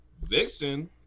Vixen